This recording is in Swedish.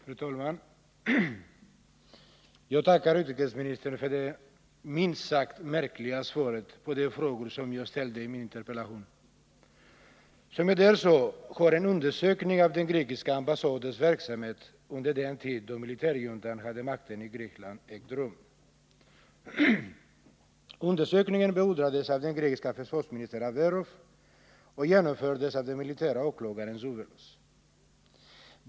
Fru talman! Jag tackar utrikesministern för det minst sagt märkliga svaret på de frågor som jag ställde i min interpellation. Som jag där sade har en undersökning av den grekiska ambassadens verksamhet under den tid då militärjuntan hade makten i Grekland ägt rum. Undersökningen beordrades av den grekiske försvarsministern Averof och genomfördes av den militära åklagaren Zouvelos.